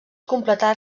completar